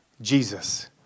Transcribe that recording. Jesus